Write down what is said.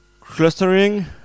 Clustering